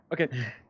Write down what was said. okay